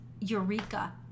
Eureka